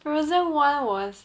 frozen one was